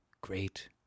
Great